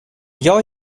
jag